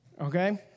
Okay